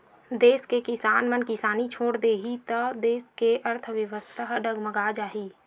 देस के किसान मन किसानी छोड़ देही त देस के अर्थबेवस्था ह डगमगा जाही